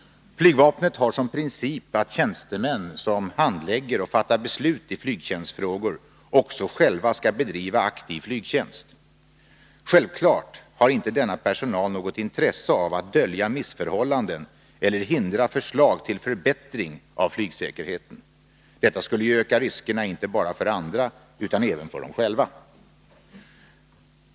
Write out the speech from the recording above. Flygvapnet har som princip att tjänstemän som handlägger och fattar beslut i flygtjänstfrågor också själva skall bedriva aktiv flygtjänst. Självfallet har inte denna personal något intresse av att dölja missförhållanden eller hindra förslag till förbättring av flygsäkerheten. Detta skulle ju öka riskerna inte bara för andra utan även för dem själva.